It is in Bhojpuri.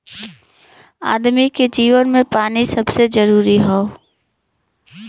आदमी के जीवन मे पानी सबसे जरूरी हौ